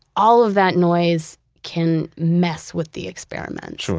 all of that noise can mess with the experiment.